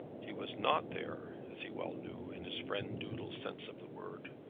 he was not there, as he well knew, in his friend doodles' sense of the word.